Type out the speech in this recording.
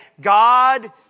God